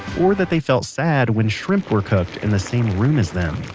or that they felt sad when shrimp were cooked in the same room as them